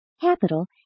Capital